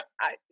I-